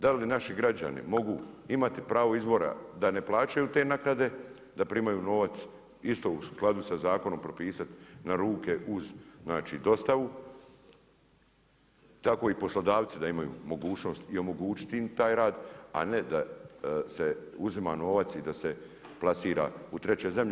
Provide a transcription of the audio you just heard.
Da li naši građani mogu imati pravo izvora da ne plaćaju te naknade, da primaju novac isto u skladu sa zakonom propisati na ruke uz dostavu, tako i poslodavci da imaju mogućnost i omogućiti im taj rad, a ne da se uzima novac i da se plasira u 3 zemlje.